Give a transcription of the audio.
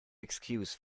excuse